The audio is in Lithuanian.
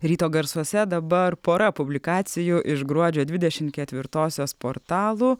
ryto garsuose dabar pora publikacijų iš gruodžio dvidešim ketvirtosios portalų